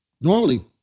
normally